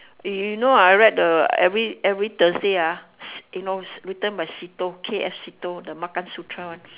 eh you know I read the every every thursday ah you know written by sito K F sito the makan sutra one